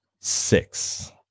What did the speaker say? six